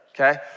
Okay